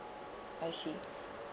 I see